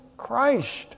Christ